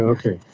Okay